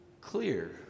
clear